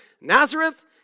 Nazareth